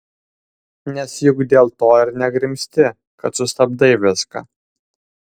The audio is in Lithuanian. nes juk dėl to ir negrimzti kad sustabdai viską